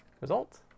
result